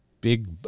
big